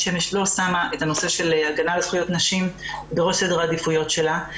שמש לא שמה את הנושא של הגנה על זכויות נשים בראש סדר העדיפויות שלה.